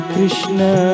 Krishna